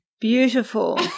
Beautiful